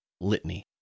litany